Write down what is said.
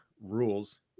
rules